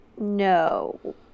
No